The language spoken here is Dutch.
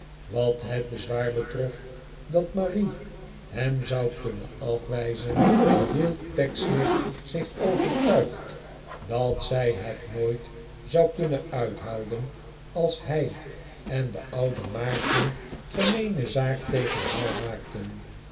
wat het bezwaar betrof dat marie hem zou kunnen afwijzen hield pecksniff zich overtuigd dat zij het nooit zou kunnen uithouden als hij en de oude maarten gemeene zaak tegen haar maakten